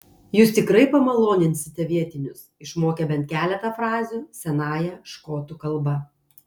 jūs tikrai pamaloninsite vietinius išmokę bent keletą frazių senąją škotų kalba